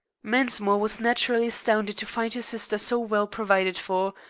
mensmore was naturally astounded to find his sister so well provided for,